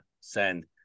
send